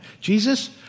Jesus